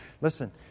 Listen